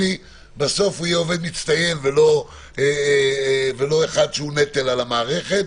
בסוף יהיה עובד מצטיין ולא אחד שהוא נטל על המערכת.